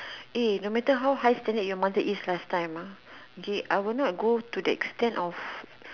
eh no matter how standard your mother is last time uh I would not go to the extend of